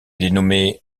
dénommé